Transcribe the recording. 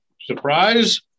surprise